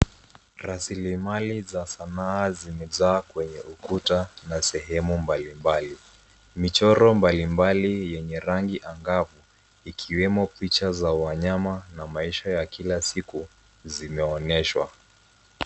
Rasilimali za sanaa zimejaa kwenye ukuta na sehemu mbalimbali. Michoro mbalimbali yenye rangi angavu, ikiwemo picha za wanyama na maisha ya kila siku, zimeonyeshwa.